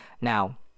Now